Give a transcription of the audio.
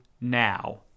now